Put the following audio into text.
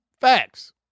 Facts